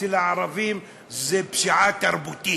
אצל הערבים זאת פשיעה תרבותית.